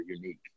unique